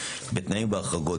בתנאים ובהחרגות.